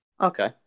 Okay